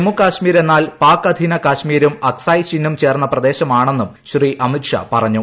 ജമ്മു കാശ്മീരിരെന്നാൽ പാക് അധീന കാശ്മീരും അക്സായി ചിന്നും ചേർന്ന പ്രദേശമാണെന്നന്നും ശ്രീ അമിത് ഷാ പറഞ്ഞു